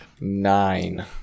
Nine